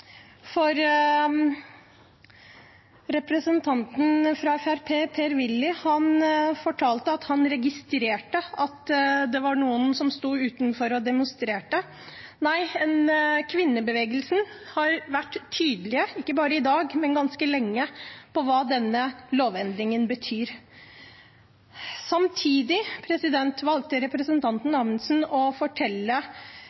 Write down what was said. For representanten fra Fremskrittspartiet, Per-Willy Amundsen, fortalte at han registrerte at det var noen som sto utenfor og demonstrerte. Nei, kvinnebevegelsen har vært tydelig, ikke bare i dag, men ganske lenge, på hva denne lovendringen betyr. Samtidig valgte representanten